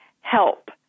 help